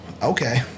okay